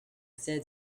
said